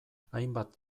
hainbat